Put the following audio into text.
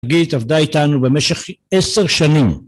גית עבדה איתנו במשך עשר שנים